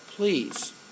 Please